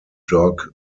dog